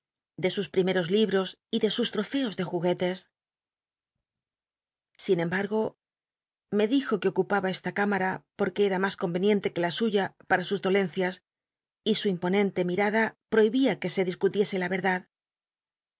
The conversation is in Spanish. de sus rimeros li bros y de sus trofcos de juguetes sin embargo me dijo qu e ocupaba esta c lmara lorque el'a mas c onvenicntc qu e la suya para sus dolencias y su imponente mirada prohibía que se discutiese la vcrdad